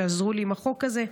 שעזרו לי עם החוק הזה.